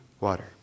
water